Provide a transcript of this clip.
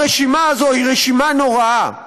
הרשימה הזו היא רשימה נוראה.